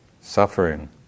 suffering